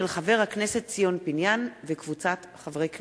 של חבר הכנסת ציון פיניאן וקבוצת חברי הכנסת.